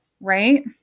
right